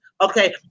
Okay